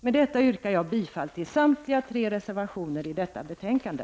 Med det anförda yrkar jag bifall till samtliga tre reservationer i detta betänkande.